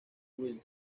wells